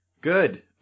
Good